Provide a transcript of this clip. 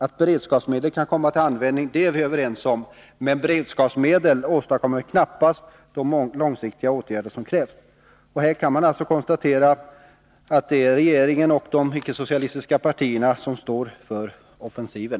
Att beredskapsmedel kan komma till användning är vi överens om, men beredskapsmedlen åstadkommer knappast de långsiktiga åtgärder som krävs. Man kan alltså konstatera att det är regeringen som står för offensiven.